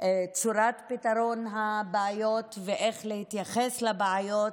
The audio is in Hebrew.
צורת הפתרון של הבעיות ואיך שמתייחסים לבעיות,